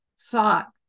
thought